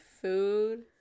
food